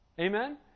Amen